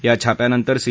या छाप्यांनंतर सी